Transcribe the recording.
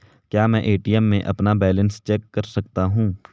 क्या मैं ए.टी.एम में अपना बैलेंस चेक कर सकता हूँ?